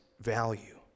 value